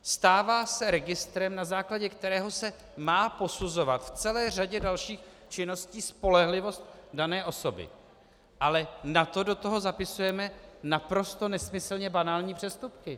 Stává se registrem, na základě kterého se má posuzovat v celé řadě dalších činností spolehlivost dané osoby, ale na to do toho zapisujeme naprosto nesmyslně banální přestupky.